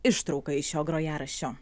ištrauka iš šio grojaraščio